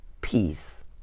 peace